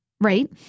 right